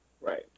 Right